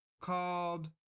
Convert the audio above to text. called